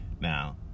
Now